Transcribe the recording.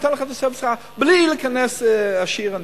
ניתן לך תוספת שכר בלי להיכנס עשיר עני.